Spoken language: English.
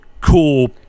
cool